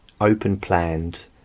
open-planned